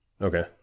Okay